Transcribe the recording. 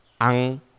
Ang